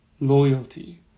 loyalty